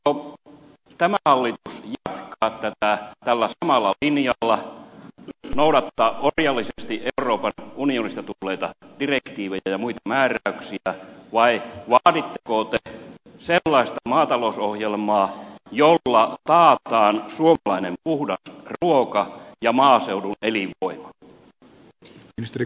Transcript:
aikooko tämä hallitus jatkaa tällä samalla linjalla noudattaa orjallisesti euroopan unionista tulleita direktiivejä ja muita määräyksiä vai vaaditteko te sellaista maatalousohjelmaa jolla taataan suomalainen puhdas ruoka ja maaseudun elinvoima